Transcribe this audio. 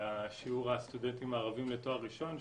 שיעור הסטודנטים הערבים לתואר ראשון,